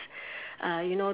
uh you know